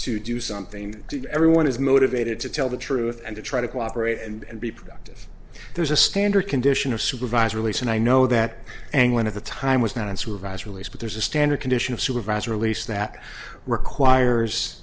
to do something everyone is motivated to tell the truth and to try to cooperate and be productive there's a standard condition of supervisor release and i know that angling at the time was not an survives release but there's a standard condition of supervisor release that requires